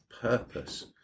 purpose